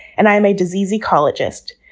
and i am a disease ecologist.